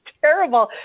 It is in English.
terrible